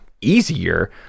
easier